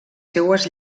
seues